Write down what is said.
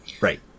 right